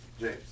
James